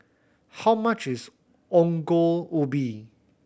how much is Ongol Ubi